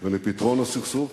ובפתרון הסכסוך.